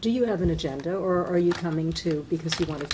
do you have an agenda or are you coming to because you want